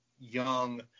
young